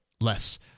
less